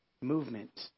movement